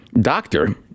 doctor